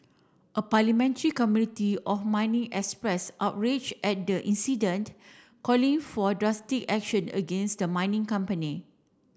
a parliamentary community of mining express outrage at the incident calling for drastic action against the mining company